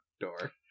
door